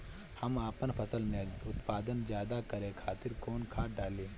हम आपन फसल में उत्पादन ज्यदा करे खातिर कौन खाद डाली?